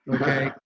Okay